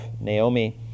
Naomi